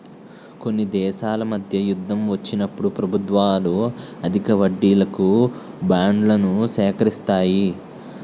కొన్ని దేశాల మధ్య యుద్ధం వచ్చినప్పుడు ప్రభుత్వాలు అధిక వడ్డీలకు బాండ్లను సేకరిస్తాయి